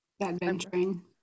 adventuring